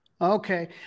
Okay